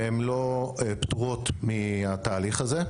והן לא פטורות מהתהליך הזה.